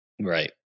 Right